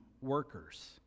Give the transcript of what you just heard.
workers